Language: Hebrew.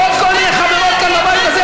ועוד כל מיני חברות כאן בבית הזה,